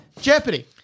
Jeopardy